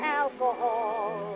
alcohol